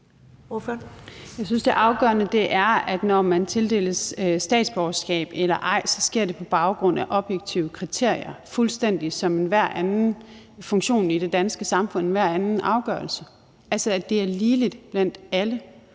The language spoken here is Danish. det, når det afgøres, om man tildeles statsborgerskab eller ej, sker på baggrund af objektive kriterier fuldstændig som enhver anden funktion i det danske samfund, enhver anden afgørelse, altså at det er lige for alle.